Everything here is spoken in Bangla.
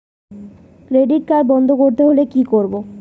ক্রেডিট কার্ড বন্ধ করতে হলে কি করব?